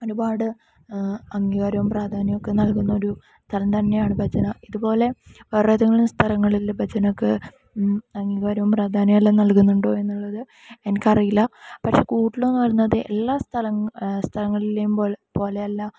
ഒരുപാട് അംഗികാരവും പ്രധാന്യമൊക്കെ നൽകുന്നൊരു സ്ഥലം തന്നെയാണ് ഭജന ഇതുപോലെ വേറേതെങ്കിലും സ്ഥലങ്ങളിൽ ഭജനയ്ക്ക് അംഗികാരവും പ്രാധാന്യവും എല്ലാം നൽകുന്നുണ്ടോ എന്നുള്ളത് എനിക്കറില്ല പക്ഷെ കൂഡലൂ പറയുന്നത് എല്ലാ സ്ഥല സ്ഥലങ്ങളിലെയും പോലെ പോലെയല്ല